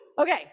okay